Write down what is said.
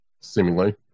seemingly